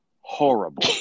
horrible